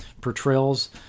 portrayals